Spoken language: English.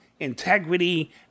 integrity